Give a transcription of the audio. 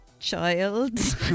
Child